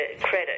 credit